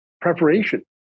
preparation